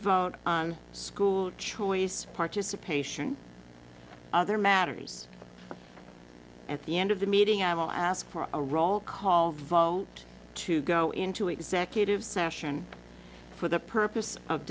vote on school choice participation other matters at the end of the meeting i will ask for a roll call vote to go into executive session for the purpose of